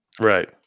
Right